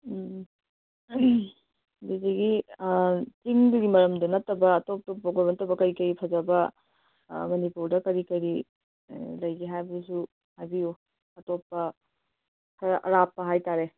ꯎꯝ ꯑꯗꯨꯗꯨꯒꯤ ꯆꯤꯡꯗꯨꯒꯤ ꯃꯔꯝꯗ ꯅꯠꯇꯕ ꯑꯇꯣꯞ ꯑꯇꯣꯞꯄ ꯀꯔꯤ ꯀꯔꯤ ꯐꯖꯕ ꯃꯅꯤꯄꯨꯔꯗ ꯀꯔꯤ ꯀꯔꯤ ꯂꯩꯒꯦ ꯍꯥꯏꯕꯗꯨꯁꯨ ꯍꯥꯏꯕꯤꯎ ꯑꯇꯣꯞꯄ ꯈꯔ ꯑꯔꯥꯞꯄ ꯍꯥꯏꯇꯔꯦ